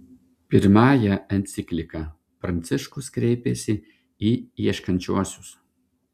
pirmąja enciklika pranciškus kreipiasi į ieškančiuosius